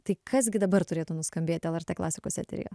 tai kas gi dabar turėtų nuskambėti el er t klasikos eteryje